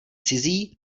cizí